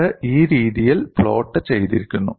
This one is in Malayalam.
ഇത് ഈ രീതിയിൽ പ്ലോട്ട് ചെയ്തിരിക്കുന്നു